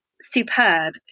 superb